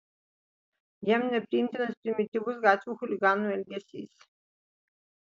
jam nepriimtinas primityvus gatvių chuliganų elgesys